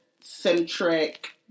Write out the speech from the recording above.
centric